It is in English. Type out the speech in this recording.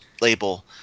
label